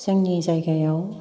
जोंनि जायगायाव